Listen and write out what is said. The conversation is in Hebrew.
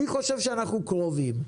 אני חושב שאנחנו קרובים.